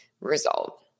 result